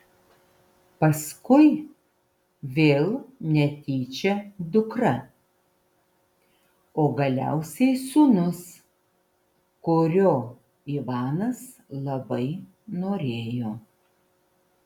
paskui vėl netyčia dukra o galiausiai sūnus kurio ivanas labai norėjo